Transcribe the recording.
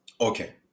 okay